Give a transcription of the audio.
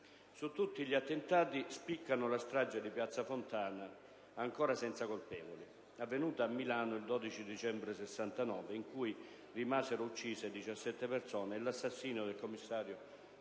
Su tutti gli attentati spiccano la strage di Piazza Fontana, ancora senza colpevoli, avvenuta a Milano il 12 dicembre 1969, in cui rimasero uccise diciassette persone, e 1'assassinio del commissario